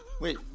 Wait